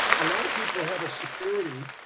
a lot of people have a security,